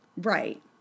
Right